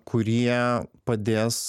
kurie padės